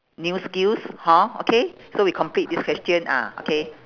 new skills hor okay so we complete this question ah okay